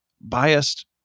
biased